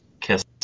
Kiss